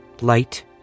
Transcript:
light